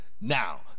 Now